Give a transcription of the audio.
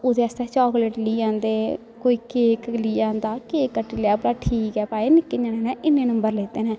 ओहदे आस्तै चाकलेट लेई औंदे कोई केक लेइयै औंदा केक कट्टी लेआ भला ठीक ऐ भाई निक्के जने ने इन्ने नम्बर लैते न